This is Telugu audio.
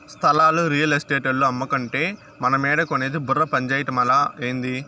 స్థలాలు రియల్ ఎస్టేటోల్లు అమ్మకంటే మనమేడ కొనేది బుర్ర పంజేయటమలా, ఏంది